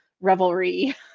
revelry